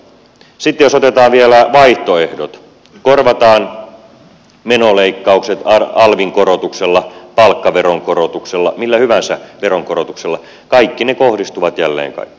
sitten jos otetaan vielä vaihtoehdot korvataan menoleikkaukset alvin korotuksella palkkaveron korotuksella millä hyvänsä veronkorotuksella kaikki ne kohdistuvat jälleen kaikkiin